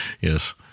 yes